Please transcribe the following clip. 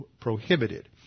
prohibited